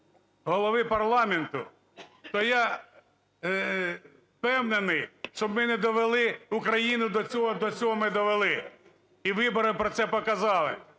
Голови парламенту, то я впевнений, щоб ми не довели Україну до цього, до чого ми довели, і вибори про це показали.